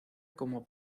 como